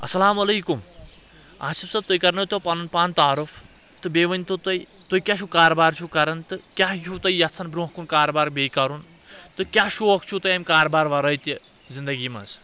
اسلامُ علیکُم آسف صٲب تُہۍ کرناے تو پنُن پان تعارُف تہٕ بییٚہِ ؤنتو تُہۍ تُہۍ کیاہ چھِو کارٕبار چھِو کران تہٕ کیاہ چھِ تُہۍ یژھان برونٛہہ کُن کارٕبار بییٚہِ کرُن تہٕ کیاہ شوق چھِو تۄہہ امہِ کارٕبار ورٲے تہِ زندگی منٛز